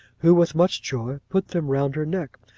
who, with much joy, put them around her neck,